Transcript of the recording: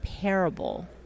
parable